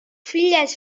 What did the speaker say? filles